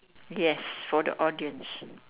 yes for the audience